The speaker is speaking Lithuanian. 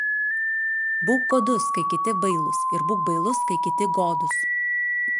būk godus kai kiti bailūs ir būk bailus kai kiti godūs